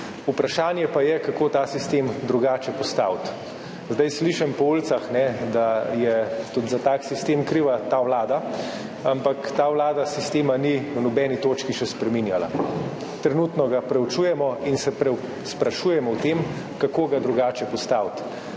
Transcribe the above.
Vprašanje pa je, kako ta sistem postaviti drugače. Zdaj slišim po ulicah, da je tudi za tak sistem kriva ta vlada, ampak ta vlada sistema ni še v nobeni točki spreminjala. Trenutno ga preučujemo in se sprašujemo o tem, kako ga drugače postaviti,